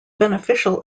beneficial